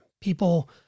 People